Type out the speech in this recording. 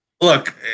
Look